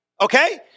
Okay